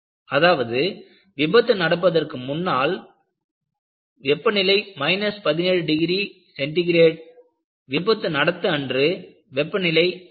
அதாவது விபத்து நடப்பதற்கு முந்நாள் வெப்பநிலை மைனஸ் 17 டிகிரி சென்டிகிரேட் விபத்து நடந்த அன்று வெப்பநிலை 4